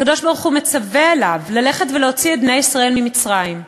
הקדוש-ברוך-הוא מצווה עליו ללכת ולהוציא את בני ישראל ממצרים,